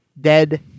dead